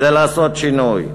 כדי לעשות שינוי.